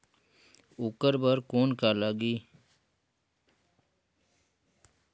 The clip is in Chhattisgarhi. ओकर बर कौन का लगी?